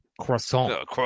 Croissant